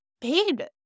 paid